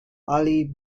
ali